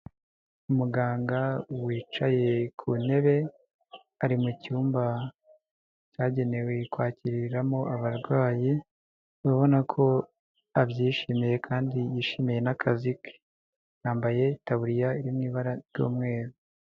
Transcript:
Umuganga wicaye ku ntebe ari mu cyumba cyagenewe kwakiriramo abarwayi urabona ko abyishimiye kandi yishimiye n'akazi ke yambaye itaburiya iri mw'ibara ry'umweru.